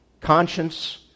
Conscience